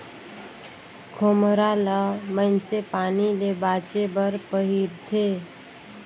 खोम्हरा ल मइनसे पानी ले बाचे बर पहिरथे